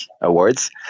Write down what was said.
Awards